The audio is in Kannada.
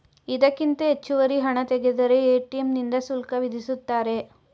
ಇದಕ್ಕಿಂತ ಹೆಚ್ಚುವರಿ ಹಣ ತೆಗೆದರೆ ಎ.ಟಿ.ಎಂ ನಿಂದ ಶುಲ್ಕ ವಿಧಿಸುತ್ತಾರೆ